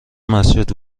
مسجد